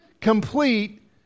complete